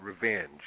revenge